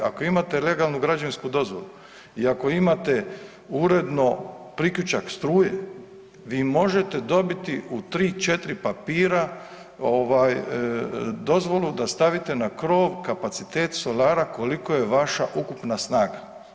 Ako imate legalnu građevinsku dozvolu i ako imate uredno priključak struje vi možete dobiti u 3-4 papira ovaj dozvolu da stavite na krov kapacitet solara koliko je vaša ukupna snaga.